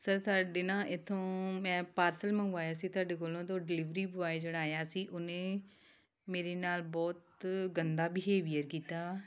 sir ਸਾਡੇ ਨਾ ਇੱਥੋਂ ਮੈਂ ਪਾਰਸਲ ਮੰਗਵਾਇਆ ਸੀ ਤੁਹਾਡੇ ਕੋਲੋਂ ਅਤੇ ਉਹ ਡਿਲੀਵਰੀ ਬੁਆਏ ਜਿਹੜਾ ਆਇਆ ਸੀ ਉਹਨੇ ਮੇਰੇ ਨਾਲ ਬਹੁਤ ਗੰਦਾ ਬਿਹੇਵੀਅਰ ਕੀਤਾ